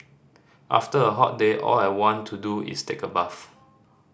after a hot day all I want to do is take a bath